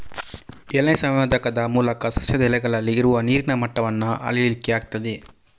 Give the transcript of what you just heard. ಎಲೆ ಸಂವೇದಕದ ಮೂಲಕ ಸಸ್ಯದ ಎಲೆಗಳಲ್ಲಿ ಇರುವ ನೀರಿನ ಮಟ್ಟವನ್ನ ಅಳೀಲಿಕ್ಕೆ ಆಗ್ತದೆ